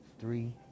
three